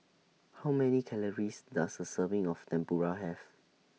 How Many Calories Does A Serving of Tempura Have